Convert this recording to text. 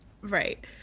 Right